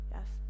Yes